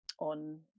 on